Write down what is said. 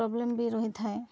problem ବି ରହିଥାଏ